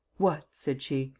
what! said she,